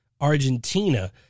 Argentina